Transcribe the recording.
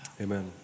Amen